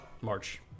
March